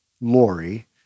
Lori